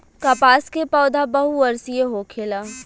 कपास के पौधा बहुवर्षीय होखेला